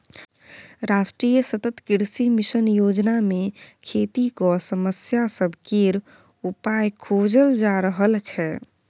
राष्ट्रीय सतत कृषि मिशन योजना मे खेतीक समस्या सब केर उपाइ खोजल जा रहल छै